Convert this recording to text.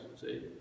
see